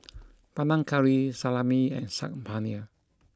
Panang Curry Salami and Saag Paneer